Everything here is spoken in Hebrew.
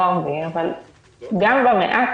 לא הרבה, אבל גם במעט